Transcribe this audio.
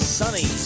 sunny